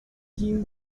kim